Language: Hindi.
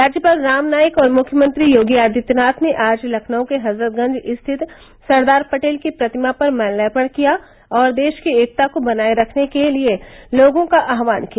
राज्यपाल राम नाईक और मुख्यमंत्री योगी आदित्यनाथ ने आज लखनऊ के हजरतगंज स्थित सरदार पटेल की प्रतिमा पर माल्यार्पण किया और देश की एकता को बनाये रखने के लिये लोगों का आहवान किया